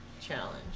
challenge